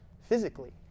physically